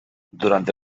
durante